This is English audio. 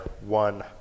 one